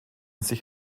sich